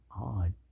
odd